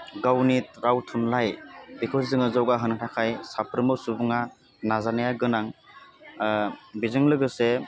गावनि राव थुनलाइ बेखौ जोङो जौगा होनो थाखाय साफ्रोमबो सुबुङा नाजानाया गोनां बेजों लोगोसे